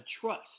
trust